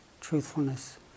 truthfulness